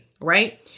right